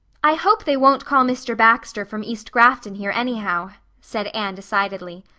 i hope they won't call mr. baxter from east grafton here, anyhow, said anne decidedly.